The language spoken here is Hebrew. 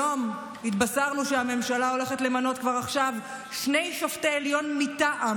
היום התבשרנו שהממשלה הולכת למנות כבר עכשיו שני שופטי עליון מטעם,